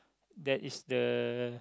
that is the